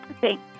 thank